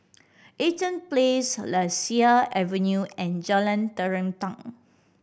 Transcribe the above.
Eaton Place Lasia Avenue and Jalan Terentang